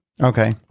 Okay